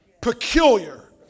peculiar